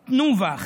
תנובה,